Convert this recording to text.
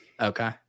Okay